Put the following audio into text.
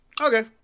Okay